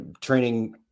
training